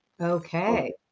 Okay